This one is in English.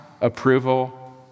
approval